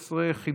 13 והוראת שעה)